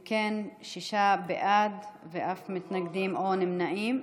אם כן, שישה בעד ואין מתנגדים או נמנעים.